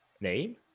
name